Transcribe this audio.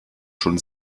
schon